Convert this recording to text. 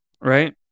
Right